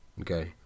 Okay